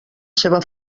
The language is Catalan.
seva